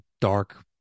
dark